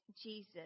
Jesus